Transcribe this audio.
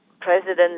President